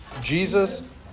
Jesus